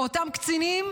או אותם קיצוניים,